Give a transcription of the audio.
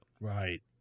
right